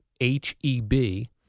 H-E-B